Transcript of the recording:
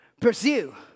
Pursue